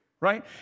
right